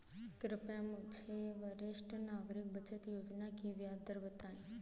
कृपया मुझे वरिष्ठ नागरिक बचत योजना की ब्याज दर बताएं?